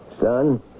Son